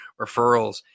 referrals